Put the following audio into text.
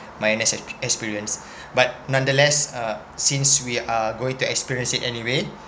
my N_S experience but nonetheless uh since we are going to experience it anyway